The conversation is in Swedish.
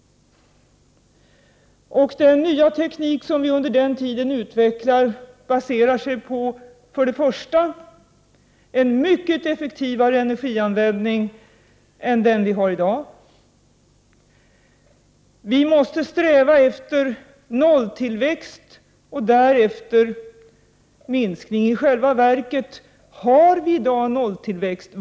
Den nya teknik som vi under den tiden utvecklar baserar sig först och främst på en mycket effektivare energianvändning än den vi har i dag. Vidare måste vi sträva efter nolltillväxt och därefter minskning. I själva verket har vi i dag nolltillväxt.